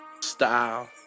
Style